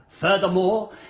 furthermore